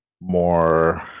more